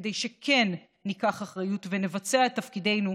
כדי שכן ניקח אחריות ונבצע את תפקידנו.